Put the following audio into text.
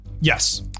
Yes